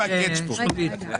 איפה הקטצ' פה?